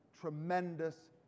tremendous